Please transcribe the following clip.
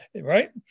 right